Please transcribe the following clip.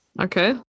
Okay